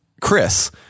Chris